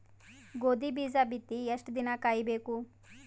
ಗೋಧಿ ಬೀಜ ಬಿತ್ತಿ ಎಷ್ಟು ದಿನ ಕಾಯಿಬೇಕು?